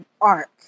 arc